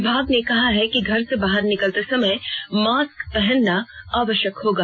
विभाग ने कहा है कि घर से बाहर निकलते समय मास्क पहनना आवश्यक होगा